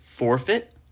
forfeit